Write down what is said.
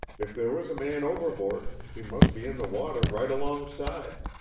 if there was a man overboard, he must be in the water right alongside.